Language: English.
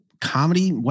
comedy